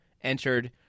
entered